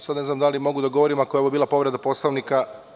Sad ne znam da li mogu da govorim, ako je ovo bila povreda Poslovnika?